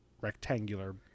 rectangular